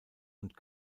und